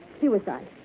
Suicide